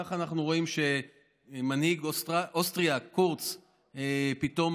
כך אנחנו רואים שמנהיג אוסטריה קורץ פתאום